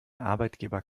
arbeitgeber